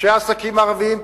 אנשי העסקים הערבים,